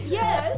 yes